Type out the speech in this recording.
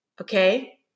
Okay